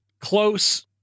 close